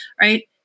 right